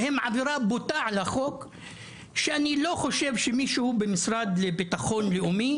והם עבירה בוטה על החוק שאני לא חושב שמישהו במשרד לביטחון לאומי